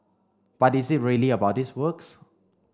but is it really about these works